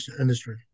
industry